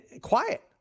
quiet